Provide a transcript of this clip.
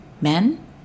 men